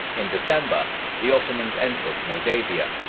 in december the ottomans entered moldavia,